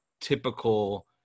typical